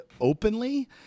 openly